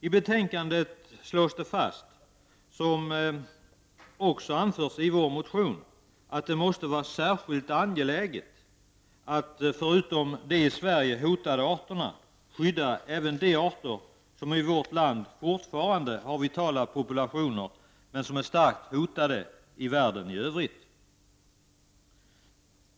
I betänkandet fastslås, som också har anförts i vår motion, att det måste vara särskilt angeläget att förutom de i Sverige hotade arterna skydda även de arter som i vårt land fortfarande har vitala populationer, men som är starkt hotade i världen i övrigt.